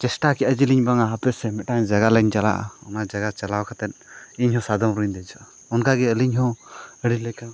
ᱪᱮᱥᱴᱟ ᱠᱮᱫᱼᱟ ᱡᱮᱞᱤᱧ ᱡᱮ ᱵᱟᱝᱟ ᱦᱟᱯᱮᱥᱮ ᱢᱤᱫᱴᱟᱝ ᱡᱟᱭᱜᱟ ᱞᱤᱧ ᱪᱟᱞᱟᱜᱼᱟ ᱚᱱᱟ ᱡᱟᱭᱜᱟ ᱪᱟᱞᱟᱣ ᱠᱟᱛᱮᱫ ᱤᱧᱦᱚᱸ ᱥᱟᱫᱚᱢ ᱨᱤᱧ ᱫᱮᱡᱚᱜᱼᱟ ᱚᱱᱠᱟᱜᱮ ᱟᱹᱞᱤᱧ ᱦᱚᱸ ᱟᱹᱰᱤ ᱞᱮᱠᱟ